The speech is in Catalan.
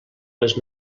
les